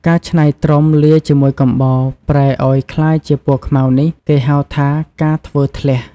ការច្នៃត្រុំលាយជាមួយកំបោរ ប្រែឱ្យក្លាយជាពណ៌ខ្មៅនេះ គេហៅថា "ការធ្វើធ្លះ"។